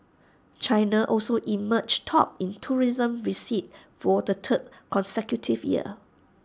China also emerged top in tourism receipts for the third consecutive year